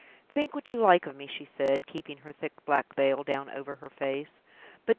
think what you like of me, she said, keeping her thick black veil down over her face,